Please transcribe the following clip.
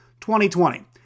2020